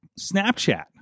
snapchat